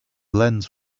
lens